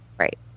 Right